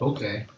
Okay